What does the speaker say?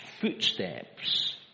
footsteps